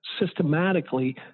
systematically